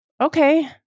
Okay